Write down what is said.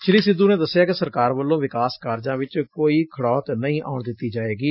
ਸ੍ਰੀ ਸਿੱਧੁ ਨੇ ਦੱਸਿਆ ਕਿ ਸਰਕਾਰ ਵੱਲੋ ਵਿਕਾਸ ਕਾਰਜ਼ਾਂ ਵਿੱਚ ਕੋਈ ਖੜੌਤ ਨਹੀ ਆਉਣ ਦਿੱਤੀ ਜਾਵੇਗੀ